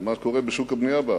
על מה שקורה בשוק הבנייה בארץ.